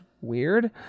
weird